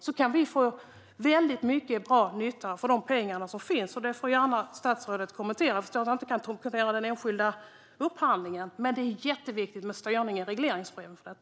Då kan vi få mycket bra nytta för de pengar som finns. Statsrådet får gärna kommentera detta. Jag förstår om han inte kan kommentera den enskilda upphandlingen, men det är jätteviktigt med styrning för detta i regleringsbrevet.